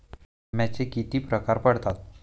विम्याचे किती प्रकार पडतात?